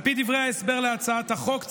על פי דברי ההסבר להצעת החוק,